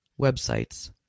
websites